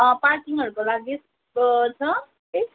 पार्किङहरूको लागि छ केही